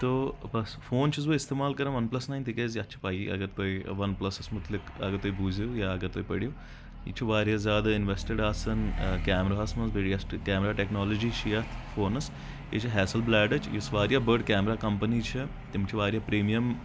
تو بس فون چھُس بہٕ استعمال کران ون پلس ناین تِکیٛازِ یتھ چھِ پیی اگر تۄہہِ ون پلسس مُتعلِق اگر تُہۍ بوٗزِو یا اگر تُہۍ پٔرِو یہِ چھُ واریاہ زیادٕ اِنوٮ۪سٹِڈ آسان کیمراہس منٛز بیٚیہِ یۄس تہِ کیمرا ٹٮ۪کنالوجی چھِ یتھ فونس یہِ چھِ ہیسل بلیڈٕچ یوس واریاہ بٔڑ کیمرا کمپنی چھِ تِم چھِ واریاہ پریٖمیم